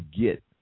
get